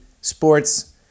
sports